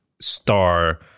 star